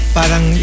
parang